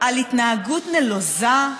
על התנהגות נלוזה?